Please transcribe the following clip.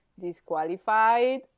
disqualified